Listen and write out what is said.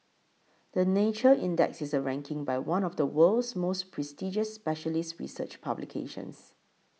the Nature Index is a ranking by one of the world's most prestigious specialist research publications